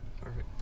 perfect